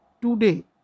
Today